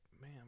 man